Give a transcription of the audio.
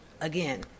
again